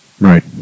Right